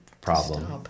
problem